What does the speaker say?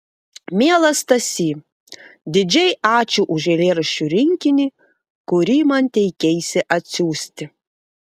mielas stasy didžiai ačiū už eilėraščių rinkinį kurį man teikeisi atsiųsti